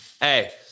Hey